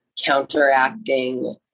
counteracting